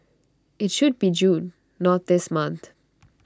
IT should be June not this month